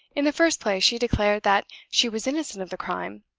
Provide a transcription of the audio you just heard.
in the first place she declared that she was innocent of the crime.